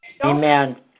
Amen